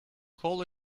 call